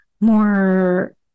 more